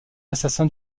assassin